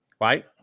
right